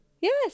Yes